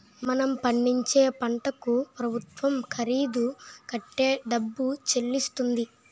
మనం పండించే పంటకు ప్రభుత్వం ఖరీదు కట్టే డబ్బు చెల్లిస్తుంది